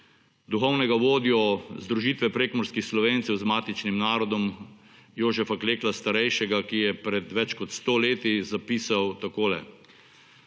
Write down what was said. duhovnega vodjo združitve prekmurskih Slovencev z matičnim narodom, Jožefa Klekla starejšega, ki je pred več kot 100 leti zapisal takole: